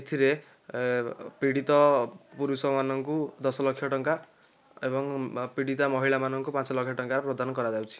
ଏଥିରେ ପୀଡ଼ିତ ପୁରୁଷମାନଙ୍କୁ ଦଶ ଲକ୍ଷ ଟଙ୍କା ଏବଂ ପୀଡ଼ିତା ମହିଳାମାନଙ୍କୁ ପାଞ୍ଚ ଲକ୍ଷ ଟଙ୍କା ପ୍ରଦାନ କରାଯାଉଛି